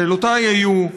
שאלותיי היו: